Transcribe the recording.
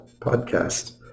podcast